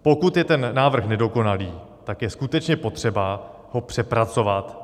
Pokud je ten návrh nedokonalý, tak je skutečně potřeba ho přepracovat.